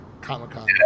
Comic-Con